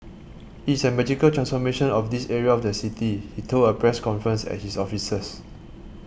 is it a magical transformation of this area of the city he told a press conference at his officers